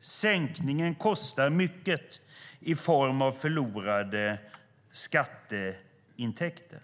Sänkningen kostar mycket i form av förlorade skatteintäkter.